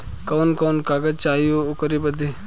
कवन कवन कागज चाही ओकर बदे?